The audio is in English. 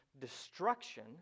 destruction